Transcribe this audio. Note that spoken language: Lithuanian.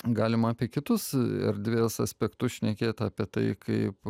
galima apie kitus erdvės aspektus šnekėt apie tai kaip